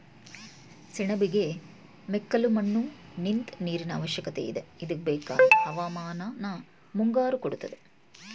ಸೆಣಬಿಗೆ ಮೆಕ್ಕಲುಮಣ್ಣು ನಿಂತ್ ನೀರಿನಅವಶ್ಯಕತೆಯಿದೆ ಇದ್ಕೆಬೇಕಾದ್ ಹವಾಮಾನನ ಮುಂಗಾರು ಕೊಡ್ತದೆ